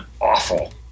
awful